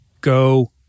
Go